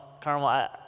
Carmel